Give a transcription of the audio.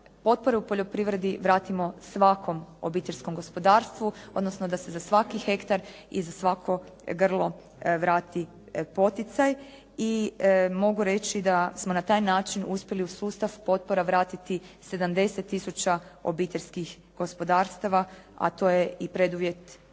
potpore u poljoprivredi vratimo svakom obiteljskom gospodarstvu, odnosno da se za svaki hektar i za svako grlo vrati poticaj. I mogu reći da smo na taj način uspjeli u sustav potpora vratiti 70 tisuća obiteljskih gospodarstava, a to je i preduvjet za